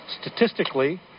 statistically